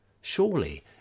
surely